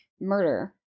murder